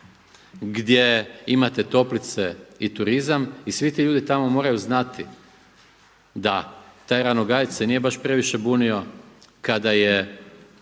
gdje imate toplice i turizma i svi ti ljudi tamo moraju znati da taj Ranogajec se nije baš previše bunio kada je